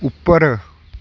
ਉੱਪਰ